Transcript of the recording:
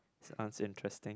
sounds interesting